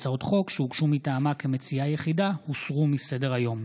הצעות חוק שהוגשו מטעמה כמציעה יחידה הוסרו מסדר-היום.